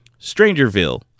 strangerville